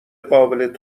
قابل